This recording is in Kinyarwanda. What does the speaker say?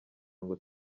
ngo